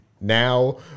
now